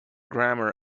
grammar